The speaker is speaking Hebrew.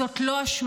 זאת לא אשמתך,